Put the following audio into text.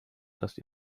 dass